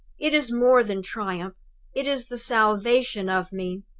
it is more than triumph it is the salvation of me.